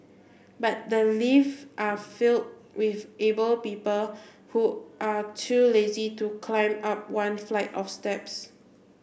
but the lifts are filled with able people who are too lazy to climb up one flight of steps